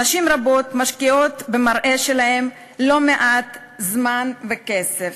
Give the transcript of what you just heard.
נשים רבות משקיעות במראה שלהן לא מעט זמן וכסף.